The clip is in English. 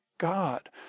God